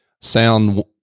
sound